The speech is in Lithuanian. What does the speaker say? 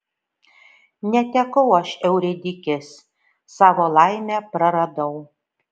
netekau aš euridikės savo laimę praradau